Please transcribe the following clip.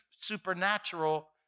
supernatural